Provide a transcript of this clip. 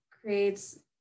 creates